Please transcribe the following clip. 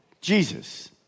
Jesus